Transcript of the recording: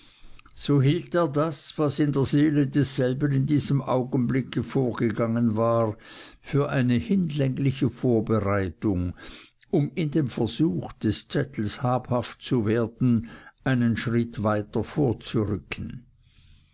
so hielt er das was in der seele desselben in diesem augenblick vorgegangen war für eine hinlängliche vorbereitung um in dem versuch des zettels habhaft zu werden einen schritt weiter vorzurücken